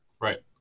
Right